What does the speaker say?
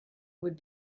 would